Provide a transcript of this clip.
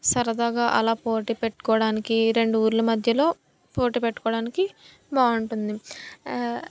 సరదాగా అలా పోటీ పెట్టుకోవడానికి రెండు ఊళ్ళ మధ్యలో పోటీ పెట్టుకోవడానికి బాగుంటుంది